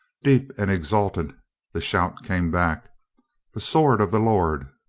deep and exultant the shout came back the sword of the lord!